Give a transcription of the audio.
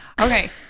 Okay